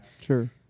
sure